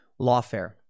lawfare